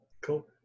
Cool